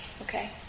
Okay